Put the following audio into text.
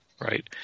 right